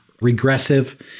regressive